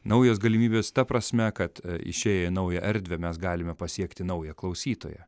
naujos galimybės ta prasme kad išėję į naują erdvę mes galime pasiekti naują klausytoją